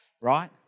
right